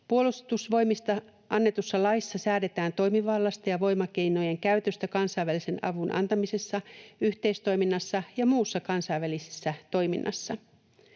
Puolustusvoimista annetussa laissa säädetään toimivallasta ja voimakeinojen käytöstä kansainvälisen avun antamisessa, yhteistoiminnassa ja muussa kansainvälisessä toiminnassa.